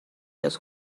los